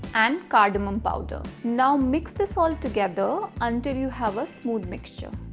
and cardamom powder. now mix this all together until you have a smooth mixture.